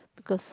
because